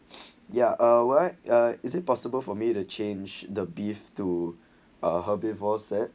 ya ah what uh is it possible for me to change the beef to are herbivores set